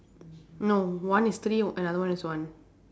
no one is three another one is one